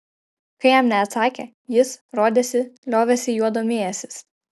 kai jam neatsakė jis rodėsi liovėsi juo domėjęsis